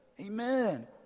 amen